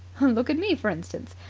look at me, for instance.